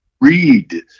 Read